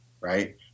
right